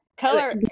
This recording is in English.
color